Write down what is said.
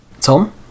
Tom